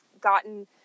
gotten